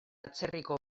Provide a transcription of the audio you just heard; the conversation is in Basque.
atzerriko